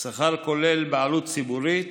שכר כולל בעלות ציבורית,